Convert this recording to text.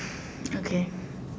okay